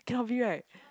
tell me right